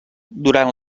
durant